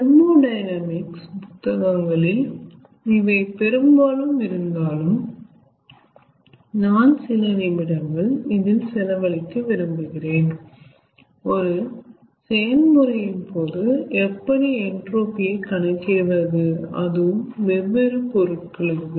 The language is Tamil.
தெர்மோடையனாமிக்ஸ் புத்தகங்களில் இவை பெரும்பாலும் இருந்தாலும் நான் சிலநிமிடங்கள் இதில் செலவழிக்க விரும்புகிறேன் ஒரு செயல்முறையின் போது எப்படி என்ட்ரோபி ஐ கணக்கிடுவது அதுவும் வெவ்வேறு பொருட்களுக்கு